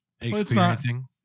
Experiencing